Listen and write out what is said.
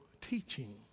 teaching